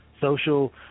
social